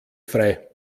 frei